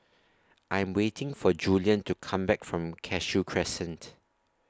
I Am waiting For Julian to Come Back from Cashew Crescent